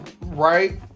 right